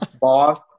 boss